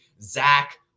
Zach